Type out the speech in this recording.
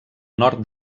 nord